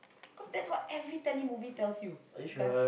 cause that's what every telemovie tells you the guy